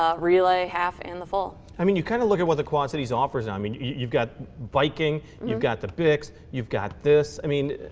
ah relay, half, and the full. i mean, you kind of look at what the quad cities offers now. i mean you've got biking, you've got the bix, you've got this. i mean,